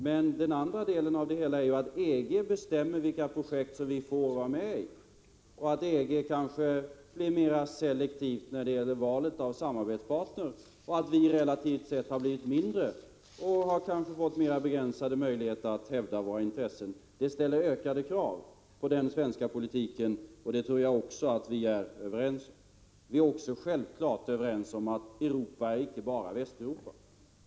Men den andra delen av det hela är att EG bestämmer vilka projekt som vi får delta i, att EG kanske blir mera selektiv när det gäller valet av samarbetspartner och att vi relativt sett har blivit mindre och kanske fått mera begränsade möjligheter att hävda våra intressen. Det ställer ökade krav på den svenska politiken, vilket jag tror vi är överens om. Vi är också självfallet överens om att Europa är icke bara Västeuropa.